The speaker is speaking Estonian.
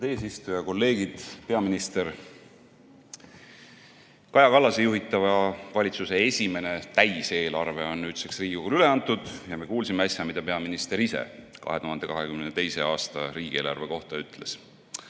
eesistuja! Kolleegid! Peaminister Kaja Kallase juhitava valitsuse esimene täiseelarve on nüüdseks Riigikogule üle antud ja me kuulsime äsja, mida peaminister ise 2022. aasta riigieelarve kohta ütles.